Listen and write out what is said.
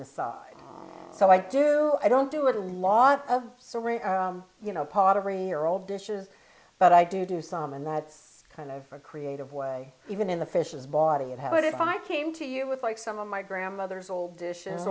the side so i do i don't do a lot of summer you know pottery your old dishes but i do do some and that's kind of a creative way even in the fishes body and what if i came to you with like some of my grandmother's old dishes